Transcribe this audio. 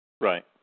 Right